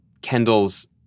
Kendall's